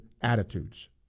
attitudes